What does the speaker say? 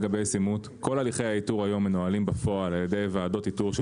כל הליכי האיתור מנוהלים היום בפועל על-ידי ועדות איתור.